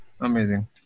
Amazing